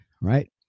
right